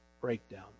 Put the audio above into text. breakdown